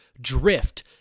Drift